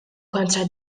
kontra